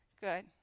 Good